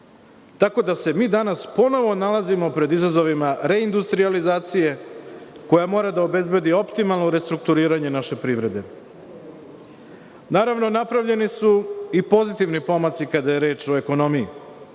tako da se mi danas ponovo nalazimo pred izazovima reindustrijalizacije koja mora da obezbedi optimalno restrukturiranje naše privrede. Naravno, napravljeni su i pozitivni pomaci kada je reč o ekonomiji.